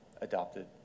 adopted